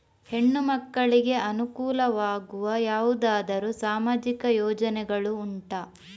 ಹೆಣ್ಣು ಮಕ್ಕಳಿಗೆ ಅನುಕೂಲವಾಗುವ ಯಾವುದಾದರೂ ಸಾಮಾಜಿಕ ಯೋಜನೆಗಳು ಉಂಟಾ?